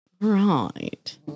Right